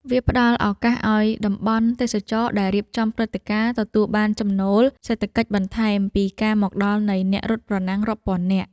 វាផ្ដល់ឱកាសឱ្យតំបន់ទេសចរណ៍ដែលរៀបចំព្រឹត្តិការណ៍ ទទួលបានចំណូលសេដ្ឋកិច្ចបន្ថែមពីការមកដល់នៃអ្នករត់ប្រណាំងរាប់ពាន់នាក់។